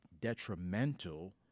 detrimental